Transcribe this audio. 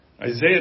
Isaiah